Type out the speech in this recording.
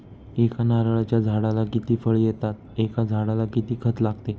एका नारळाच्या झाडाला किती फळ येतात? एका झाडाला किती खत लागते?